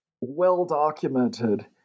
well-documented